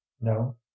no